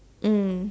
mm